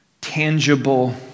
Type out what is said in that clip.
tangible